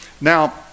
Now